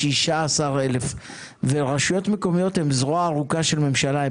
16,000. הרשויות המקומיות הן זרועה הארוכה של הממשלה,